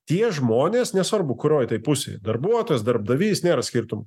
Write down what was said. tie žmonės nesvarbu kurioje tai pusėj darbuotojas darbdavys nėra skirtumo